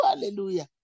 Hallelujah